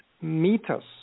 meters